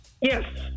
Yes